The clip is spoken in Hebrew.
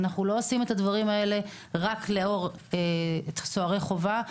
אנחנו לא עושים את הדברים האלה רק לאור סוהרי חובה,